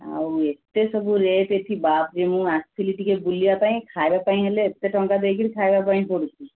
ଆଉ ଏତେ ସବୁ ରେଟ୍ ଏଠି ବାପରେ ମୁଁ ଆସିଥିଲି ଟିକେ ବୁଲିବା ପାଇଁ ଖାଇବାପାଇଁ ହେଲେ ଏତେ ଟଙ୍କା ଦେଇକି ଖାଇବାପାଇଁ ପଡ଼ୁଛି